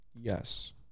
Yes